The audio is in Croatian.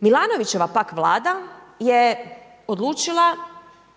Milanovićeva pak vlada je odlučila,